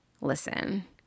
Listen